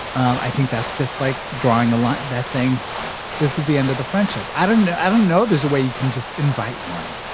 i think that's just like drawing a line that's saying this is the end of the friendship. i don't know. i don't know. there's a way you can just invite one.